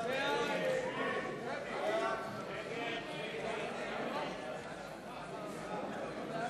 הצעת סיעת קדימה להביע אי-אמון בממשלה